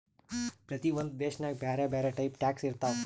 ಪ್ರತಿ ಒಂದ್ ದೇಶನಾಗ್ ಬ್ಯಾರೆ ಬ್ಯಾರೆ ಟೈಪ್ ಟ್ಯಾಕ್ಸ್ ಇರ್ತಾವ್